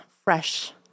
Fresh